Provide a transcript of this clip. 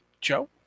Joe